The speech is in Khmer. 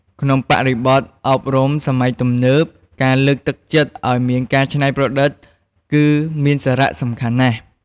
ក្នុងបរិបទអប់រំសម័យទំនើប ការលើកទឹកចិត្តឱ្យមានការច្នៃប្រឌិតគឺមានសារៈសំខាន់ណាស់។